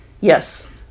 Yes